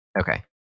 okay